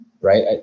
right